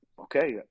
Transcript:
okay